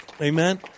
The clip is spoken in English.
Amen